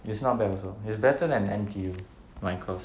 it's not bad also it's better than N_T_U my course